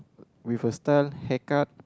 with a style haircut